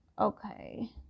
okay